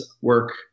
work